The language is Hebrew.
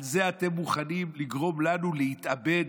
על זה אתם מוכנים לגרום לנו להתאבד?